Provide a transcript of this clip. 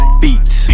beats